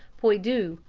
pois doux,